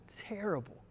terrible